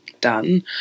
done